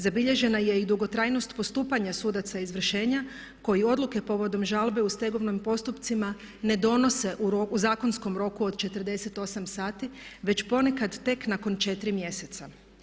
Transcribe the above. Zabilježena je i dugotrajnost postupanja sudaca izvršenja koji odluke povodom žalbe u stegovnim postupcima ne donose u zakonskom roku od 48 sati već ponekad tek nakon 4 mjeseca.